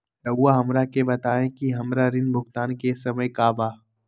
रहुआ हमरा के बताइं कि हमरा ऋण भुगतान के समय का बा?